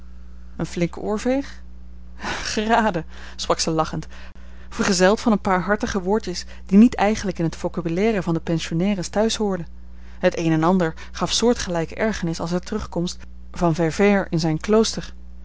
een flinke oorveeg geraden sprak zij lachend vergezeld van een paar hartige woordjes die niet eigenlijk in het vocabulaire van de pensionaires thuis hoorden het een en ander gaf soortgelijke ergernis als de terugkomst van vert vert in zijn klooster